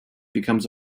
becomes